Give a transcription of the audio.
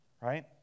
Right